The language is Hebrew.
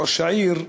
ראש העיר,